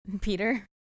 Peter